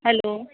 hello